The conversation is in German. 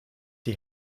die